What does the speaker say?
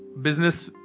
business